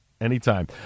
anytime